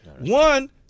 One